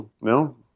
No